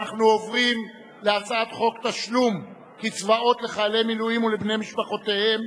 אנחנו עוברים להצעת חוק תשלום קצבאות לחיילי מילואים ולבני משפחותיהם